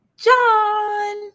John